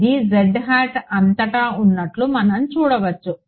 ఇది అంతటా ఉన్నట్లు మనం చూడవచ్చు